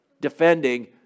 defending